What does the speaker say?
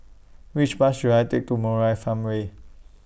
Which Bus should I Take to Murai Farmway